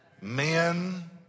Men